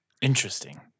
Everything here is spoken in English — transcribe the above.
Interesting